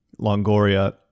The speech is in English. Longoria